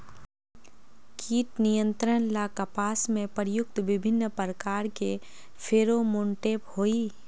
कीट नियंत्रण ला कपास में प्रयुक्त विभिन्न प्रकार के फेरोमोनटैप होई?